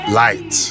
light